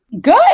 Good